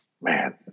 Man